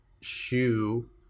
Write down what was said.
shoe